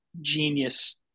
genius